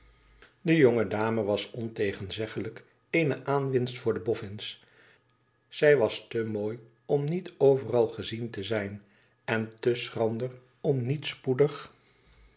de jonge dame was ontegenzeglijk eene aanwinst voor de bofens zij was te mooi om niet overal gezien te zijn en te schrander om niet spoedig